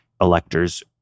electors